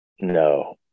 no